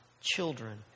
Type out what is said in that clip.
children